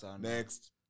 Next